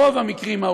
ברוב המקרים,